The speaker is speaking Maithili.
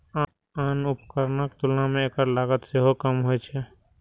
आन उपकरणक तुलना मे एकर लागत सेहो कम होइ छै